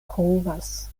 pruvas